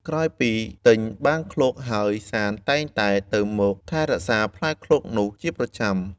ក្រោយពីទិញបានឃ្លោកហើយសាន្តតែងតែទៅមកថែរក្សាផ្លែឃ្លោកនោះជាប្រចាំ។